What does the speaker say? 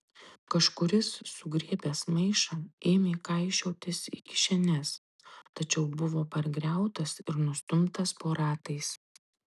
kažkuris sugriebęs maišą ėmė kaišiotis į kišenes tačiau buvo pargriautas ir nustumtas po ratais